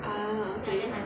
ah okay